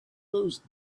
those